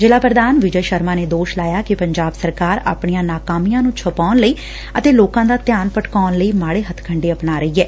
ਜ਼ਿਲਾ ਪੁਧਰਨ ਵਿਜੈ ਸ਼ਰਮਾ ਨੇ ਦੋਸ਼ ਲਾਇਆ ਕਿ ਪੰਜਾਬ ਸਰਕਾਰ ਆਪਣੀਆ ਨਾਕਾਮੀਆਂ ਨੰ ਛੁਪਾਉਣ ਲਈ ਅਤੇ ਲੋਕਾਂ ਦਾ ਧਿਆਨ ਭਟਕਾਉਣ ਲਈ ਮਾਤੇ ਹੱਥ ਕੰਡੇ ਅਪਣਾ ਰਹੀ ਏ